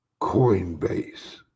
Coinbase